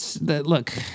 look